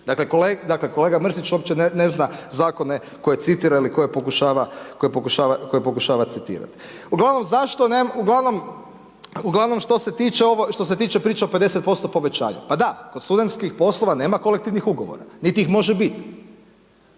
Dakle, kolega Mrsić uopće ne zna zakone koje citira ili koje pokušava citirati. Uglavnom zašto, uglavnom što se tiče priče o 50% povećanja, pa da kod studentskih poslova nema kolektivnih ugovora, niti ih može biti.